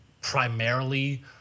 primarily